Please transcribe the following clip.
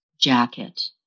jacket